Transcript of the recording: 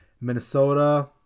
Minnesota